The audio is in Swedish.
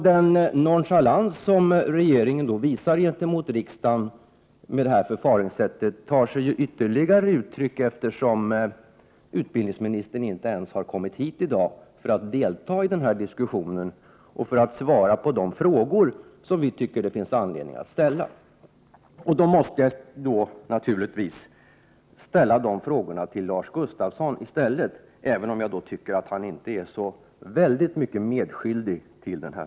Den nonchalans som regeringen med detta förfaringssätt visar gentemot riksdagen tar sig ytterligare uttryck genom att utbildningsministern inte ens har kommit hit i dag för att delta i diskussionen och svara på de frågor som vi tycker att det finns anledning att ställa. Därför måste jag naturligtvis i stället rikta dessa frågor till Lars Gustafsson, även om jag tycker att han inte är särskilt medskyldig.